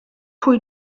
pwy